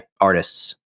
artists